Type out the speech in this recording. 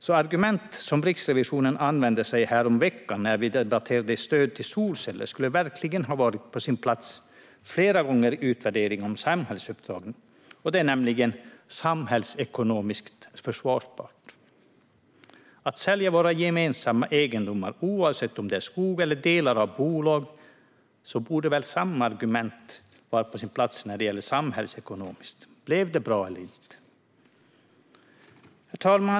De argument som Riksrevisionen använde sig av när vi häromveckan debatterade stöd till solceller skulle verkligen ha varit på sin plats flera gånger i utvärderingarna om samhällsuppdragen, nämligen att det ska vara samhällsekonomiskt försvarbart. När det gäller försäljning av våra gemensamma egendomar, oavsett om det är skog eller delar av bolag, borde väl samma fråga vara på sin plats när det gäller det samhällsekonomiska: Blev det bra eller inte? Fru talman!